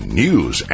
news